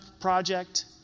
project